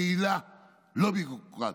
יעילה, לא ביורוקרטית,